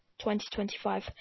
2025